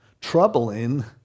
troubling